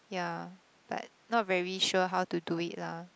yeah but not very sure how to do it lah